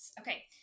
Okay